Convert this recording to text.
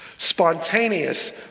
Spontaneous